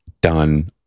done